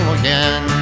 again